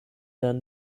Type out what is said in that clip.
dann